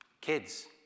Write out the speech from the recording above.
Kids